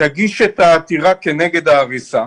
תגיש את העתירה כנגד ההריסה.